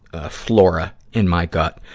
ah, flora in my gut.